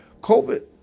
COVID